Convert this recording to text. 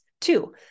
Two